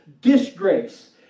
disgrace